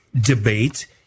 debate